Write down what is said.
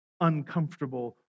uncomfortable